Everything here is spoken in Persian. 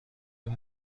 این